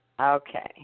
Okay